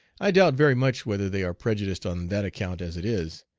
i doubt very much whether they are prejudiced on that account as it is.